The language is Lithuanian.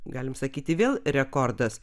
galim sakyti vėl rekordas